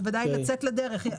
בוודאי לצאת לדרך.